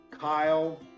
Kyle